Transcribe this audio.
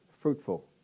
fruitful